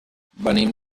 venim